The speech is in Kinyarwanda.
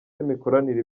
n’imikoranire